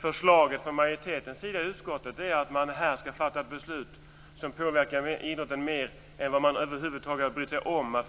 Förslaget från majoritetens sida i utskottet är att man skall fatta ett beslut som påverkar idrotten mer än vad man över huvud taget brytt sig om att